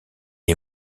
est